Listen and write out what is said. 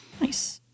Nice